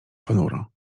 ponuro